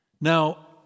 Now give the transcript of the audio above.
Now